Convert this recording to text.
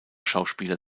schauspieler